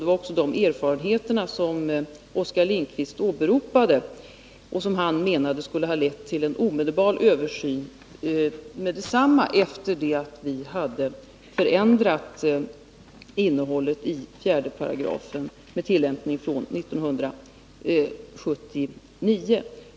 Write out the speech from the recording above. Det var också de erfarenheterna som Oskar Lindkvist menade borde ha lett till en översyn omedelbart efter det att vi hade ändrat innehållet i 4 § med tillämpning från 1979.